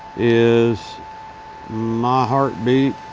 is my heart beat.